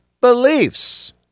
beliefs